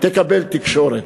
תקבל תקשורת.